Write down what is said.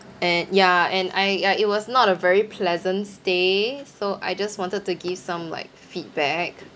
and ya and I uh it was not a very pleasant stay so I just wanted to give some like feedback